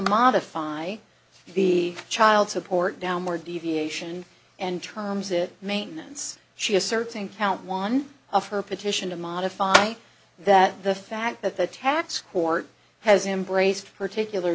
modify the child support downward deviation and terms it maintenance she asserts in count one of her petition to modify that the fact that the tax court has embraced particular